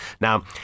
Now